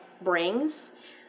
brings